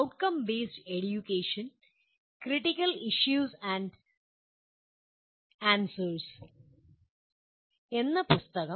'outcome based education critical ഇഷൃൂസ് and answers' എന്നതാണ് പുസ്തകം